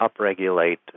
upregulate